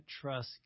trust